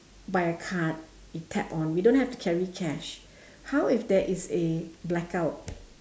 by a card we tap on we don't have to carry cash how if there is a blackout